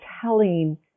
telling